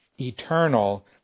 eternal